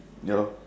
no